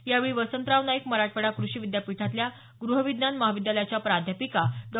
यावेळी वसंतराव नाईक मराठवाडा कृषि विद्यापीठातच्या गृह विज्ञान महाविद्यालयाच्या प्राध्यापिका डॉ